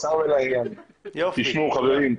חברים,